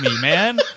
man